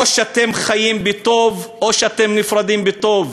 או שאתם חיים בטוב או שאתם נפרדים בטוב.